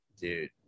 Dude